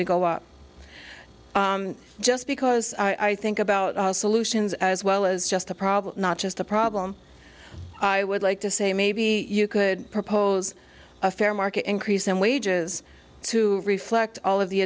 to go up just because i think about solutions as well as just a problem not just a problem i would like to say maybe you could propose a fair market increase in wages to reflect all of the